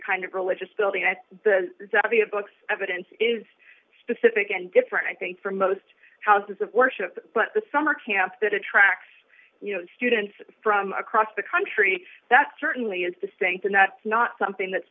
kind of religious building at the idea books evidence is specific and different i think for most houses of worship but the summer camp that attracts you know students from across the country that certainly is distinct and that's not something that's